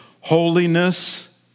holiness